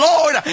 Lord